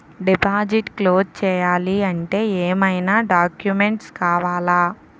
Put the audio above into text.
Deposit close చేయాలి అంటే ఏమైనా డాక్యుమెంట్స్ కావాలా?